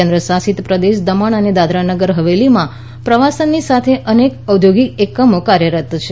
કેન્દ્ શાસિતપ્રદેશ દમણ અને દાદરા નગર હવેલીમાં પ્રવાસનની સાથે અનેક ઔદ્યોગિક એકમો કાર્યરત છે